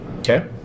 okay